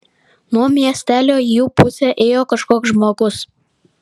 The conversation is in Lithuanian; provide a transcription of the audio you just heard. nuo miestelio į jų pusę ėjo kažkoks žmogus